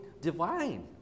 divine